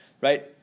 Right